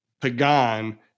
Pagan